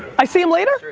i see him later?